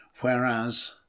Whereas